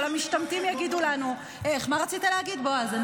אבל המשתמטים יגידו לנו, מה רצית להגיד, בועז?